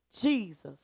Jesus